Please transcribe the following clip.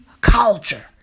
culture